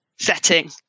setting